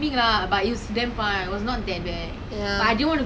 !aiya! not the first time lah like when I went with my cousins last time right